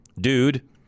dude